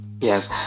Yes